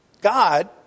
God